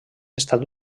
estat